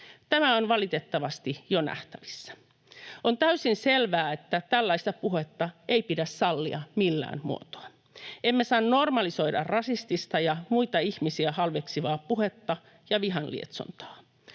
Tämä on valitettavasti jo nähtävissä. On täysin selvää, että tällaista puhetta ei pidä sallia millään muotoa. Emme saa normalisoida rasistista ja muita ihmisiä halveksivaa puhetta ja vihan lietsontaa,